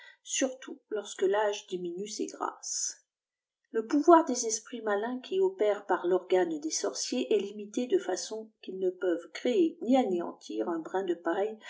surtout lorsque l'âge diminue ses grâces le pouvoir des esprits malins qui opèrent par l'organe des sorciers est limité de façon qu'ils ne peuvent créer ni anéalitir un brin de paille